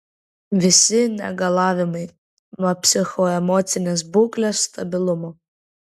visi negalavimai nuo psichoemocinės būklės stabilumo